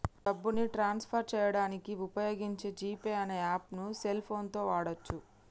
డబ్బుని transfer చేయడానికి వుపయోగించే జీ పే అనే యాప్పుని సెల్ ఫోన్ తో వాడచ్చు